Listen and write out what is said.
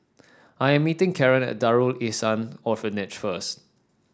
I am meeting Karen at Darul Ihsan Orphanage first